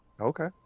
Okay